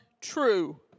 true